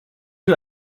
her